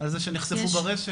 על זה שנחשפו ברשת.